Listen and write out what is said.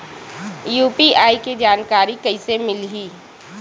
UPI के जानकारी कइसे मिलही?